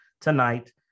tonight